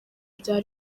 bya